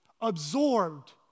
absorbed